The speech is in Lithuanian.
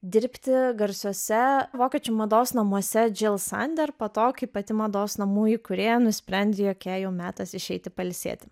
dirbti garsiuose vokiečių mados namuose džil sander po to kai pati mados namų įkūrėja nusprendė jog jai jau metas išeiti pailsėti